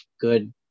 good